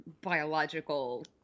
biological